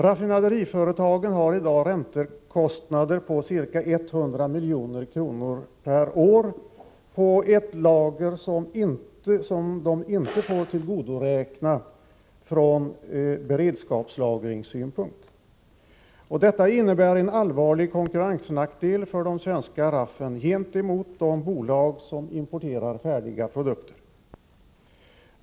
Raffinaderiföretagen har i dag räntekostnader på ca 100 milj.kr. per år på ett lager som de inte får tillgodoräkna sig från beredskapslagringssynpunkt. Detta innebär en allvarlig konkurrensnackdel för de svenska raffinaderierna gentemot de bolag som importerar färdiga produkter.